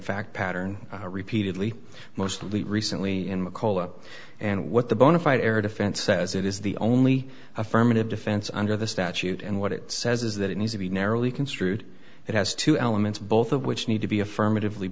fact pattern repeatedly mostly recently in mccall up and what the bonafide air defense says it is the only affirmative defense under the statute and what it says is that it needs to be narrowly construed it has two elements both of which need to be affirmative